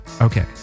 Okay